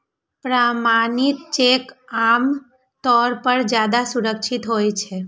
प्रमाणित चेक आम तौर पर ज्यादा सुरक्षित होइ छै